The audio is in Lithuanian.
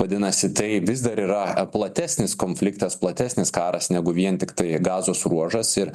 vadinasi tai vis dar yra platesnis konfliktas platesnis karas negu vien tiktai gazos ruožas ir